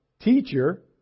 Teacher